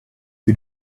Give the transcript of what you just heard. you